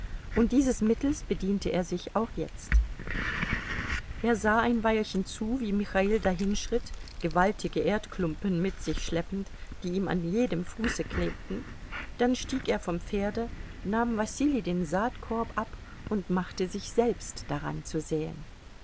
und dieses mittels bediente er sich auch jetzt er sah ein weilchen zu wie michail dahinschritt gewaltige erdklumpen mit sich schleppend die ihm an jedem fuße klebten dann stieg er vom pferde nahm wasili den saatkorb ab und machte sich selbst daran zu säen